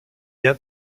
bien